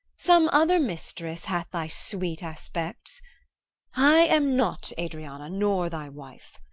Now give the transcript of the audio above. some other mistress hath thy sweet aspects i am not adriana, nor thy wife.